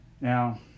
Now